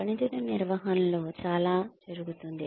పనితీరు నిర్వహణలో చాలా జరుగుతుంది